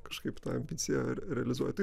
kažkaip tą ambiciją realizuoju